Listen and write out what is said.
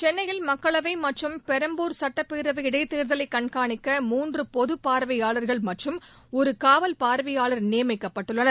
சென்னையில் மக்களவை மற்றும் பெரம்பூர் சட்டப் பேரவை இடைத் தேர்தலை கண்காணிக்க மூன்று பொதுப் பார்வையாளர்கள் மற்றும் ஒரு காவல் பார்வையாளர் நியமிக்கப்பட்டுள்ளனர்